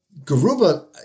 Garuba